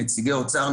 נציגי האוצר,